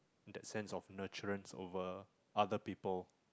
that sense of nurturance over other people